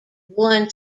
won